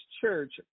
church